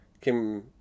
Kim